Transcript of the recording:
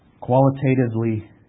qualitatively